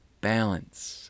balance